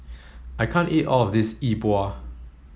I can't eat all of this Yi Bua